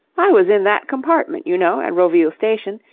i was in that compartment, you know, at roville station.